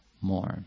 more